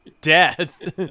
death